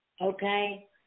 Okay